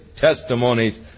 testimonies